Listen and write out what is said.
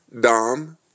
Dom